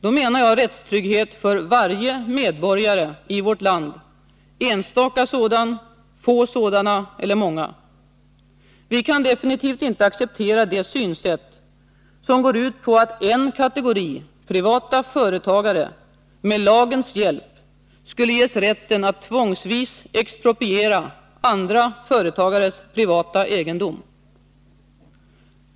Då menar jag rättstrygghet för varje medborgare i vårt land — enstaka sådan, få sådana eller många. Vi kan definitivt inte acceptera det synsätt som går ut på att en viss kategori privata företagare med lagens hjälp skulle ges rätten att tvångsvis expropriera andra företagares privata egendom!